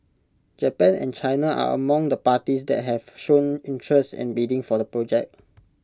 Japan and China are among the parties that have shown interest in bidding for the project